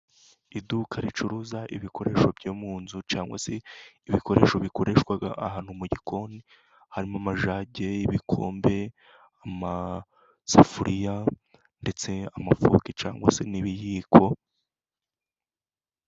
Iduka ricuruza ibikoresho byo munzu, cyangwa se ibikoresho bikoreshwa ahantu mu gikoni, harimo amajage, ibikombe, amasafuriya, ndetse amafoke cyangwa se n'ibiyiko.